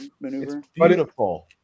Beautiful